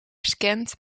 scant